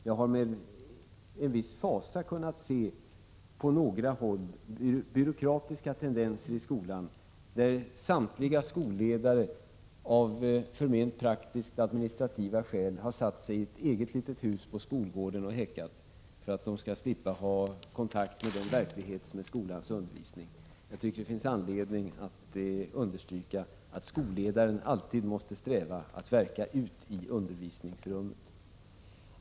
Jag har med viss fasa kunnat se byråkratiska tendenser i skolan på några håll, där samtliga skolledare av förment praktiskt-administrativa skäl har satt sig i ett eget litet hus på skolgården och häckat för att de skall slippa ha kontakt med den verklighet som skolans undervisning är. Jag tycker det finns anledning att understryka att skolledaren alltid måste sträva efter att verka ute i undervisningsrummet.